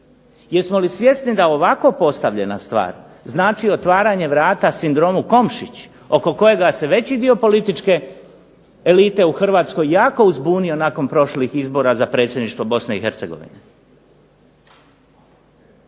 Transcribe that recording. Jesmo li svjesni da ovako postavljena stvar znači otvaranje vrata sindromu KOmšić oko kojega se veći dio elite Hrvatske jako uzbunio nakon prošlih izbora za predsjedništvo Bosne i Hercegovine.